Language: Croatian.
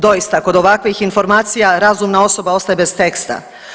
Doista kod ovakvih informacija razumna osoba ostaje bez teksta.